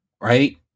right